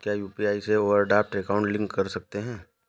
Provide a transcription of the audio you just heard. क्या यू.पी.आई से overdraft account link कर सकते हैं?